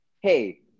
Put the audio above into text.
hey